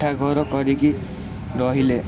କୋଠା ଘର କରିକି ରହିଲେ